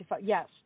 Yes